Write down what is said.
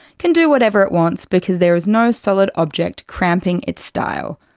can do whatever it wants because there is no solid object cramping its style.